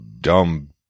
dumb